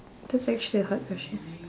that's actually a hard question